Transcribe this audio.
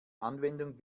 anwendung